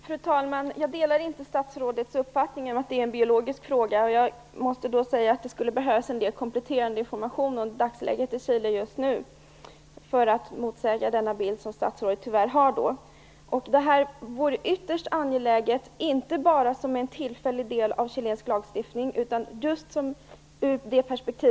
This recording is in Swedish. Fru talman! Jag delar inte statsrådets uppfattning att det är en biologisk fråga. Jag måste säga att det skulle behövas en del kompletterande information om dagsläget i Chile just nu, för att motsäga den bild som statsrådet tyvärr har. Det vore ytterst angeläget att statsrådet och regeringen tog upp just det här konkreta fallet, inte minst i samband med denna resa.